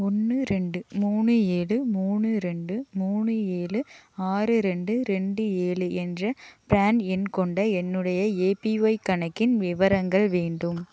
ஒன்று ரெண்டு மூணு ஏழு மூணு ரெண்டு மூணு ஏழு ஆறு ரெண்டு ரெண்டு ஏழு என்ற ப்ரான் எண் கொண்ட என்னுடைய ஏபிஒய் கணக்கின் விவரங்கள் வேண்டும்